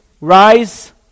rise